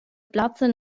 plazza